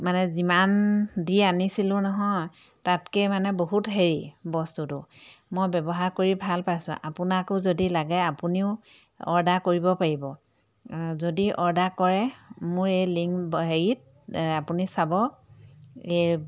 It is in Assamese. মানে যিমান দি আনিছিলোঁ নহয় তাতকৈ মানে বহুত হেৰি বস্তুটো মই ব্যৱহাৰ কৰি ভাল পাইছোঁ আপোনাকো যদি লাগে আপুনিও অৰ্ডাৰ কৰিব পাৰিব যদি অৰ্ডাৰ কৰে মোৰ এই লিংক হেৰিত আপুনি চাব এই